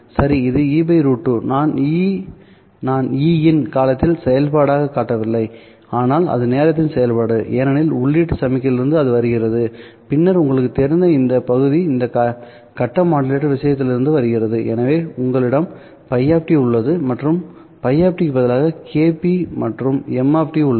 சரி இது E¿ √2 நான் Ein காலத்தின் செயல்பாடாகக் காட்டவில்லைஆனால் அது நேரத்தின் செயல்பாடு ஏனெனில் உள்ளீட்டு சமிக்ஞையிலிருந்து அது வருகிறதுபின்னர் உங்களுக்குத் தெரிந்த இந்த பகுதி இந்த கட்ட மாடுலேட்டர் விஷயத்திலிருந்து வருகிறதுஎனவே உங்களிடம் Ф உள்ளது மற்றும் Ф க்கு பதிலாக kP மற்றும் m உள்ளது